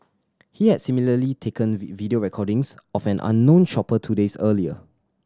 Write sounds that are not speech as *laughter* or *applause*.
he had similarly taken *unintelligible* video recordings of an unknown shopper two days earlier